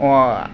অঁ